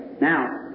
Now